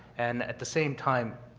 and at the same time,